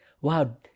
Wow